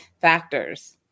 factors